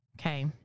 okay